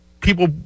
people